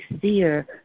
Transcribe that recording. fear